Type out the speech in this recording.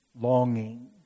Longing